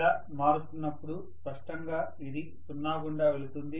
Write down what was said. ఇలా మారుతున్నప్పుడు స్పష్టంగా ఇది సున్నా గుండా వెళుతుంది